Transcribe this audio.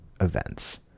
events